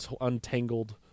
untangled